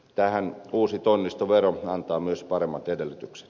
tähän uusi tonnistovero antaa myös paremmat edellytykset